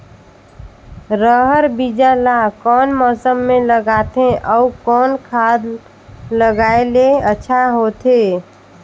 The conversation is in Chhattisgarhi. रहर बीजा ला कौन मौसम मे लगाथे अउ कौन खाद लगायेले अच्छा होथे?